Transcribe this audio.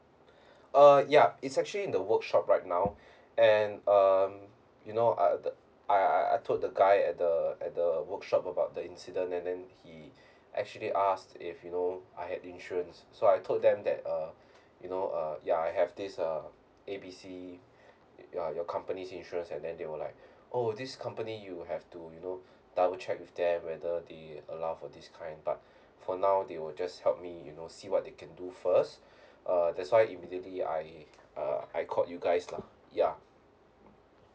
uh ya it's actually in the workshop right now and um you know uh I I I told the guy at the at the workshop about the incident and then he actually ask if you know I had insurance so I told them that uh you know uh ya I have this uh A B C ya your company's insurance and then they were like oh this company you have to you know double check with them whether they allow for this kind but for now they will just help me you know see what they can do first uh that's why immediately I uh I call you guys lah ya